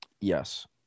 Yes